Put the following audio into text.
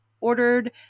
ordered